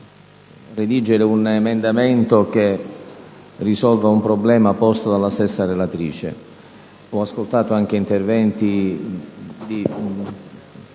redigere un emendamento che risolva un problema posto dalla stessa relatrice. Ho ascoltato anche interventi più